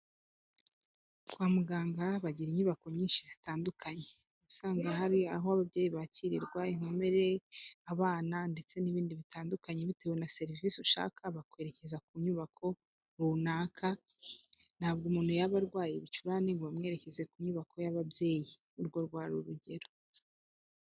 Kwa muganga bagira inyubako nyinshi zitandukanye, usanga hari aho ababyeyi bakirirwa, inkomere, abana ndetse n'ibindi bitandukanye. Bitewe na serivisi ushaka bakwerekeza ku nyubako runaka ntabwo umuntu yaba arwaye ibicurane ngo bamwerekeze ku nyubako y'ababyeyi, urwo rwari urugero.